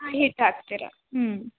ಹಾಂ ಹಿಟ್ಟು ಹಾಕ್ತೀರ ಹ್ಞೂ